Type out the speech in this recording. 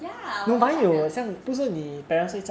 ya 我拿到两年